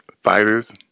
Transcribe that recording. fighters